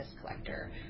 collector